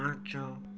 ପାଞ୍ଚ